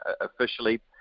officially